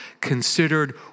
considered